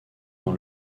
dans